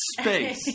space